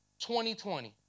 2020